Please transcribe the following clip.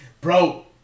bro